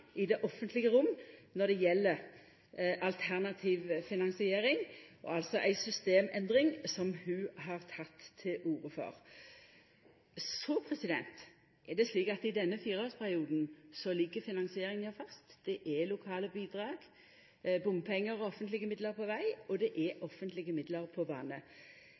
i det offentlege rom når det gjeld alternativ finansiering, altså den systemendringa som ho har teke til orde for. Så er det slik at i denne fireårsperioden ligg finansieringa fast. Det er lokale bidrag, bompengar og offentlege midlar til veg, og det er offentlege midlar